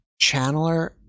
channeler